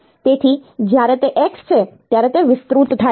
તેથી જ્યારે તે x છે ત્યારે તે વિસ્તૃત થાય છે